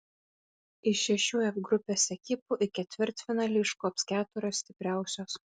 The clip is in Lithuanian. iš šešių f grupės ekipų į ketvirtfinalį iškops keturios stipriausios